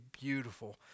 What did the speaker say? beautiful